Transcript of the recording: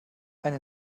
eine